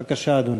בבקשה, אדוני.